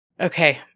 Okay